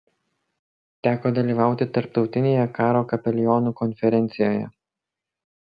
teko dalyvauti tarptautinėje karo kapelionų konferencijoje